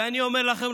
ואני אומר לכם,